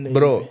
Bro